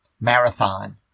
marathon